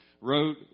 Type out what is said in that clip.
wrote